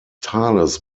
tales